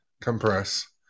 Compress